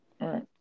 right